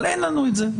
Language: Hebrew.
אבל אין לנו את זה.